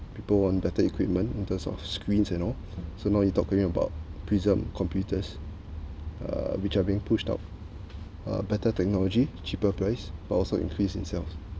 people want better equipment in terms of screens and all so now you talking about prism computers uh which are being pushed out uh better technology cheaper price but also increase in sales